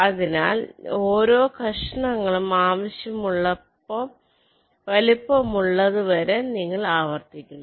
അതിനാൽ ഓരോ ചെറിയ കഷണങ്ങളും ആവശ്യമുള്ള വലുപ്പമുള്ളതുവരെ നിങ്ങൾ ആവർത്തിക്കുന്നു